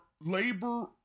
labor